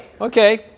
Okay